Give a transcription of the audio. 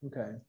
Okay